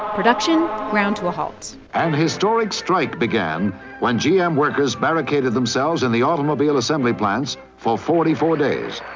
production ground to a halt an historic strike began when gm workers barricaded themselves in the automobile assembly plants for forty four days.